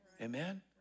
Amen